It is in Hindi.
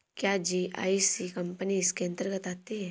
क्या जी.आई.सी कंपनी इसके अन्तर्गत आती है?